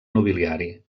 nobiliari